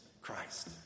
Christ